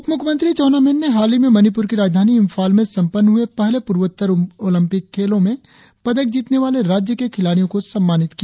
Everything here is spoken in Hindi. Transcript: उप मुख्यमंत्री चाउना मेन ने हालही में मणिप्र की राजधानी इंफाल में संपन्न हुए पहले पूर्वोत्तर ओलंपिक खेलों में पदक जीतने वाले राज्य के खिलाड़ियों को सम्मानित किया